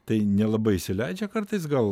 tai nelabai įsileidžia kartais gal